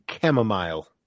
chamomile